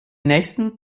nächsten